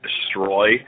destroy